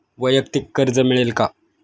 वैयक्तिक कर्ज मिळेल का?